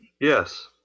Yes